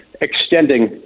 extending